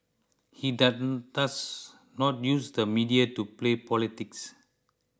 he does not use the media to play politics